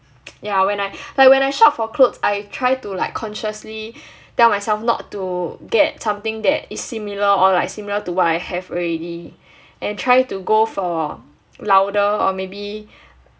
yeah when I like when I shop for clothes I try to like consciously tell myself not to get something that is similar or like similar to what I have already and try to go for louder or maybe